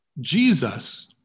Jesus